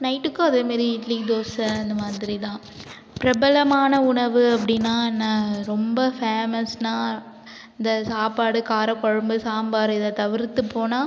நைட்டுக்கும் அதே மாரி இட்லி தோசை அந்த மாதிரி தான் பிரபலமான உணவு அப்படின்னா என்ன ரொம்ப ஃபேமஸ்னா இந்த சாப்பாடு காரக்குழம்பு சாம்பார் இதை தவிர்த்து போனால்